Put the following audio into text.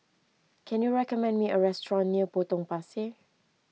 can you recommend me a restaurant near Potong Pasir